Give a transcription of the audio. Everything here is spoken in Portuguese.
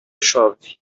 chove